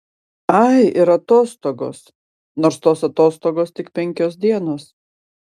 ai ir atostogos nors tos atostogos tik penkios dienos